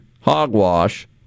hogwash